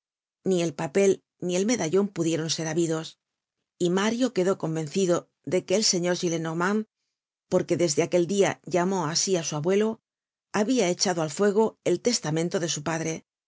ni el papel ni el medallon pudieron ser habidos y mario quedó convencido de que el señor gillenormand porque desde aquel dia llamó asi á su abuelo habia echado al fuego el testamento de su padre